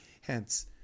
Hence